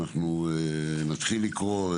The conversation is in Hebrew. אנחנו נתחיל לקרוא.